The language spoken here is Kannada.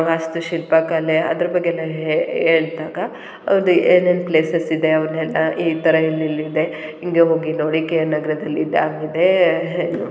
ವಾಸ್ತುಶಿಲ್ಪ ಕಲೆ ಅದ್ರ ಬಗ್ಗೆಯೂ ಹೆ ಹೇಳ್ದಾಗ ಅದು ಏನೇನು ಪ್ಲೇಸಸ್ ಇದೆ ಅವನ್ನೆಲ್ಲ ಈ ಥರ ಇಲ್ಲಿ ಇಲ್ಲಿ ಇದೆ ಹಿಂಗೆ ಹೋಗಿ ನೋಡಿ ಕೆ ಆರ್ ನಗರದಲ್ಲಿ ಡ್ಯಾಮ್ ಇದೆ